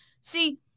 See